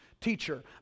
teacher